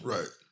Right